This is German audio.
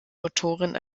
motoren